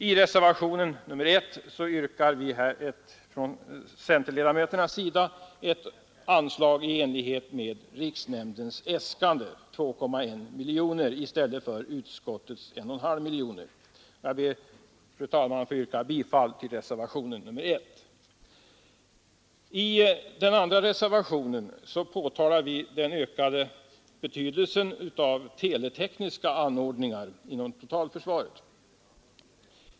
I reservationen 1 yrkar vi från centerns sida ett anslag i enlighet med riksnämndens äskande, 2,1 miljoner kronor, i stället för utskottets 1 1/2 miljon. Jag ber, fru talman, att få yrka bifall till reservationen 1. I reservationen 2 erinrar vi om den ökande betydelsen av teletekniska anordningar inom totalförsvaret.